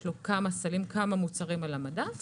יש לו כמה מוצרים על המדף